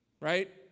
right